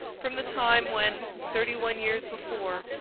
from the time when, thirty-one years before,